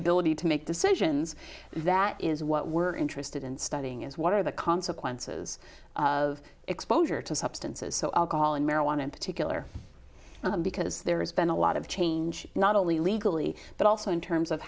ability to make decisions that is what we're interested in studying is what are the consequences of exposure to substances so alcohol and marijuana in particular because there has been a lot of change not only legally but also in terms of